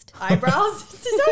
Eyebrows